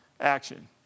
action